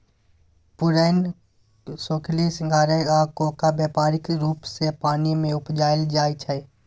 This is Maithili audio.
पुरैण, सोरखी, सिंघारि आ कोका बेपारिक रुप सँ पानि मे उपजाएल जाइ छै